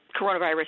coronavirus